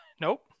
Nope